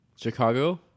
Chicago